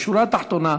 בשורה התחתונה,